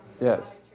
Yes